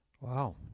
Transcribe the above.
Wow